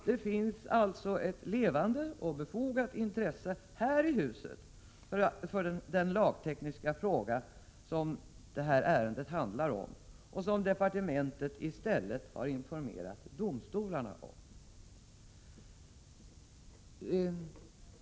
Det finns alltså ett levande och befogat intresse här i huset för den lagtekniska fråga som det här ärendet handlar om, där departementet i stället har informerat domstolarna.